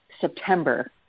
September